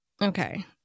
Okay